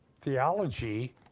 theology